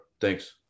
Thanks